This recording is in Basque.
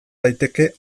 daiteke